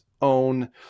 own